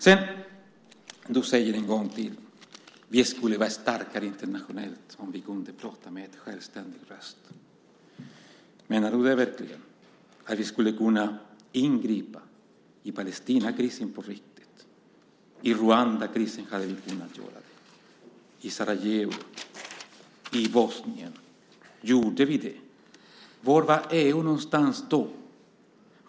Sedan säger du en gång till att vi skulle vara starkare internationellt om vi kunde prata med en självständig röst. Menar du verkligen att vi skulle kunna ingripa i Palestinakrisen på riktigt? I Rwandakrisen hade vi kunnat göra det, i Sarajevo, i Bosnien. Gjorde vi det? Var var EU någonstans då?